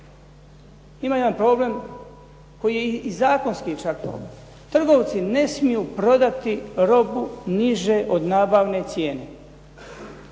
Ima jedan problem koji je i zakonski … /Govornik se ne razumije./ … Trgovci ne smiju prodati robu niže od nabavne cijene.